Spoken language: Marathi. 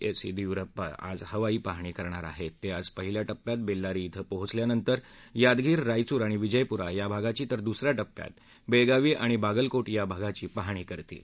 एस यद्दीयुरप्पा आज हवाई पाहणी करणार आहेत आज पहिल्या टप्प्यात बस्त्रारी ध्वे पोचल्यानंतर यादगीर रायचूर आणि विजयपुरा या भागाची तर दुस या टप्प्यात बस्त्राावी आणि बागलकोट या भागाची पाहणी करतील